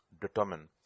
determine